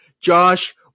Josh